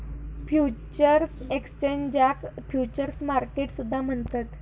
futures एक्सचेंजाक futures market सुद्धा म्हणतत